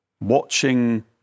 watching